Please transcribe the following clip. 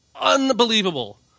unbelievable